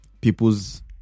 people's